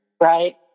right